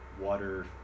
water